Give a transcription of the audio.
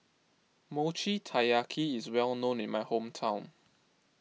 Mochi Taiyaki is well known in my hometown